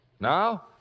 Now